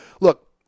Look